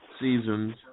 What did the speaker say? seasons